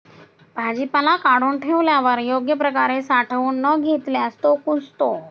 भाजीपाला काढून ठेवल्यावर योग्य प्रकारे साठवून न घेतल्यास तो कुजतो